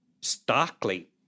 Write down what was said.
starkly